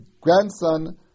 grandson